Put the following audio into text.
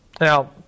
Now